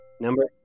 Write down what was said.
number